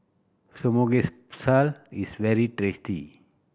samgyeopsal is very tasty